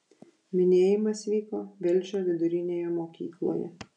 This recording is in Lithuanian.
minėjimas vyko velžio vidurinėje mokykloje